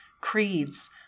creeds